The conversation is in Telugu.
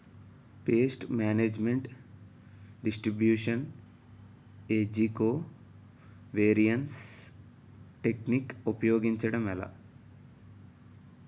పేస్ట్ మేనేజ్మెంట్ డిస్ట్రిబ్యూషన్ ఏజ్జి కో వేరియన్స్ టెక్ నిక్ ఉపయోగం ఏంటి